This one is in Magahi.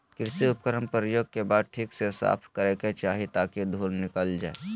कृषि उपकरण प्रयोग के बाद ठीक से साफ करै के चाही ताकि धुल निकल जाय